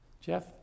Jeff